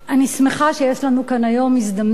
אני שמחה שיש לנו כאן היום הזדמנות,